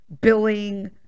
Billing